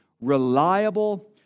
reliable